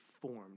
formed